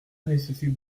nécessite